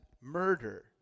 murder